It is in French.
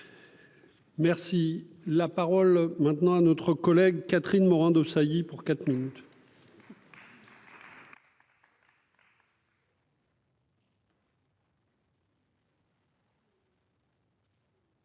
Merci, la parole maintenant à notre collègue Catherine Morin-Desailly pour quatre minutes.